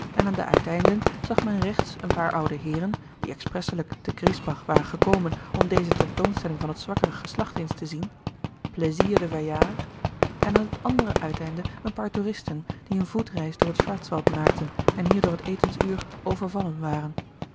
en aan de uiteinden zag men rechts een paar oude heeren die expresselijk te griesbach waren gekomen om deze tentoonstelling van het zwakkere geslacht eens te zien plaisir de vieillard en aan het andere uiteinde een paar toeristen die een voetreis door het schwarzwald maakten en hier door het etensuur overvallen waren